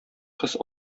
кыз